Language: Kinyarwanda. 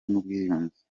n’ubwiyunge